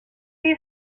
you